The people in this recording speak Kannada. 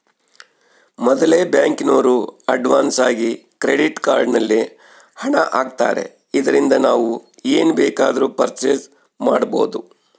ಮೊದಲೆ ಬ್ಯಾಂಕಿನೋರು ಅಡ್ವಾನ್ಸಾಗಿ ಕ್ರೆಡಿಟ್ ಕಾರ್ಡ್ ನಲ್ಲಿ ಹಣ ಆಗ್ತಾರೆ ಇದರಿಂದ ನಾವು ಏನ್ ಬೇಕಾದರೂ ಪರ್ಚೇಸ್ ಮಾಡ್ಬಬೊದು